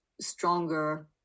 stronger